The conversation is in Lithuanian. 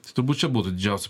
tai turbūt čia būtų didžiausia